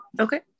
Okay